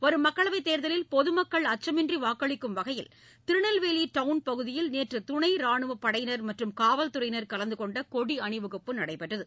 வரும் மக்களவைத் தேர்தலில் பொதுமக்கள் அச்சமின்றி வாக்களிக்கும் வகையில் திருநெல்வேலி டவுன் பகுதியில் நேற்று துணைரானுவப் படையினா் மற்றும் காவல்துறையினா் கலந்துகொண்ட கொடி அணிவகுப்பு நடைபெற்றது